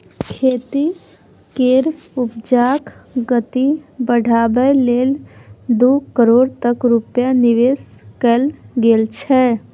खेती केर उपजाक गति बढ़ाबै लेल दू करोड़ तक रूपैया निबेश कएल गेल छै